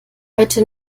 heute